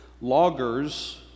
Loggers